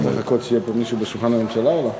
צריך לחכות שיהיה פה מישהו ליד שולחן הממשלה או לא?